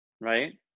right